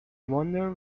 wonder